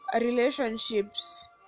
relationships